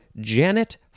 Janet